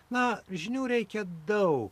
na žinių reikia daug